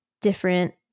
different